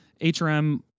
HRM